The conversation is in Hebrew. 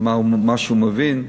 מה שהוא מבין.